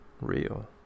real